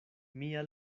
mia